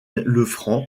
lefranc